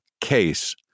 case